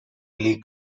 league